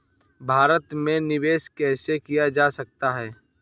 भारत में निवेश कैसे किया जा सकता है?